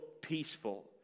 Peaceful